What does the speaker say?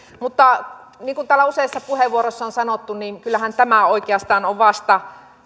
mutta niin kuin täällä useissa puheenvuoroissa on sanottu kyllähän tämä oikeastaan on vasta